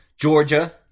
Georgia